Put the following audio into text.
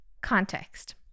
Context